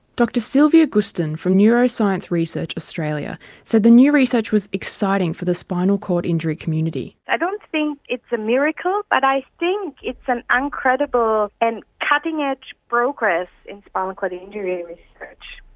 dr sylvia guston from neuroscience research australia said the new research was exciting for the spinal cord injury community. i don't think it's a miracle but i think it's an incredible and cutting-edge progress in spinal cord injury research.